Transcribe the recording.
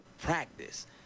practice